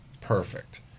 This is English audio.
Perfect